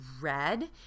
red